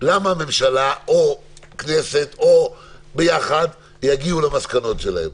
למה הממשלה או הכנסת או ביחד יגיעו למסקנות שלהן.